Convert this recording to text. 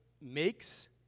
makes